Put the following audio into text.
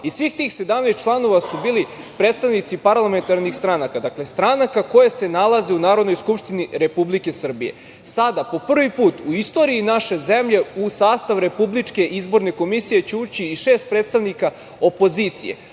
i svih tih 17 članova su bili predstavnici parlamentarnih stranaka, dakle stranaka koje se nalaze u Narodnoj skupštini Republike Srbije. Sada, po prvi put u istoriji naše zemlje, u sastav RIK će ući i šest predstavnika opozicije,